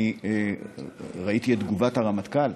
אני ראיתי את תגובת הרמטכ"ל.